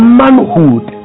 manhood